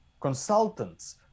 consultants